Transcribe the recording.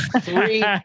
three